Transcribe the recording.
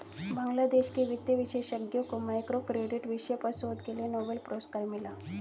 बांग्लादेश के वित्त विशेषज्ञ को माइक्रो क्रेडिट विषय पर शोध के लिए नोबेल पुरस्कार मिला